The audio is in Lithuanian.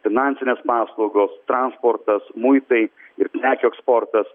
finansinės paslaugos transportas muitai ir prekių eksportas